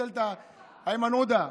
איימן עודה,